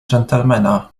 gentlemana